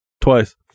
Twice